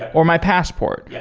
or my passport. yeah